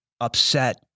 Upset